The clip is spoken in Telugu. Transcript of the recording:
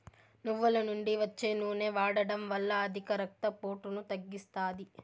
నువ్వుల నుండి వచ్చే నూనె వాడడం వల్ల అధిక రక్త పోటును తగ్గిస్తాది